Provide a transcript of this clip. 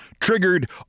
triggered